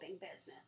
business